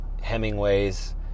Hemingway's